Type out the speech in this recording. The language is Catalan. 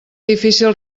difícil